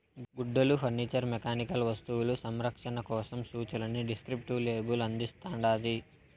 గుడ్డలు furniture mechanical వస్తువులు సంరక్షణ కోసం సూచనలని డిస్క్రిప్టివ్ లేబుల్ అందిస్తాండాది